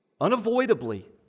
unavoidably